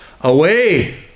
away